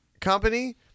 company